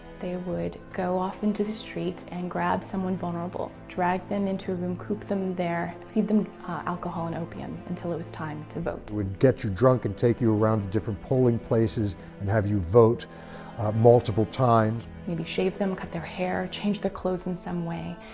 they would go off into the street and grab someone vulnerable, drag them into a room, coop them there, feed them ah alcohol and opium until it was time to vote. they would get you drunk and take you around to different polling places and have you vote multiple times. maybe shave them, cut their hair, change their clothes in some way,